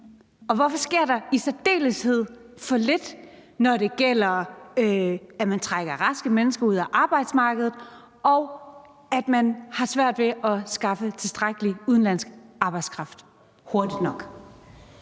Og hvorfor sker der i særdeleshed for lidt, når det gælder det, at man trækker raske mennesker ud af arbejdsmarkedet, og at man har svært ved at skaffe tilstrækkelig udenlandsk arbejdskraft hurtigt nok?